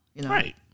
Right